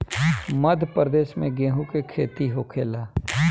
मध्यप्रदेश में गेहू के खेती होखेला